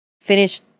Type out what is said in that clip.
finish